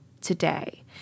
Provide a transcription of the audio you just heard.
today